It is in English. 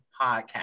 podcast